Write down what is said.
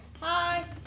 Hi